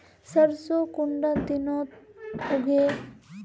सरसों कुंडा दिनोत उगैहे?